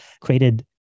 created